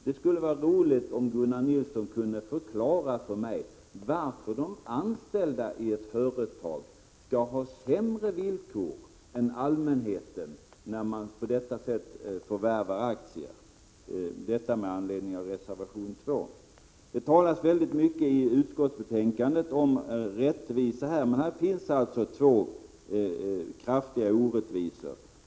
Det skulle vara roligt om Gunnar Nilsson kunde förklara för mig varför de anställda i ett företag skall ha sämre villkor än allmänheten när de på detta sätt förvärvar aktier — detta med anledning av reservation 2. Det talas väldigt mycket i utskottsbetänkandet om rättvisa, men här finns alltså två kraftiga orättvisor.